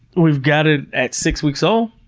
we've got ah at six weeks old,